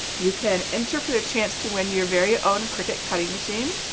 you can enter for the chance to win your very own cricut cutting machine.